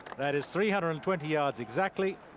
that is three hundred and twenty yards exactly.